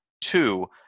two